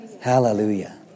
Hallelujah